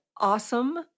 awesome